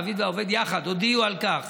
והמעביד והעובד יחד הודיעו על כך